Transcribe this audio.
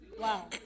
Wow